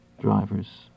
Drivers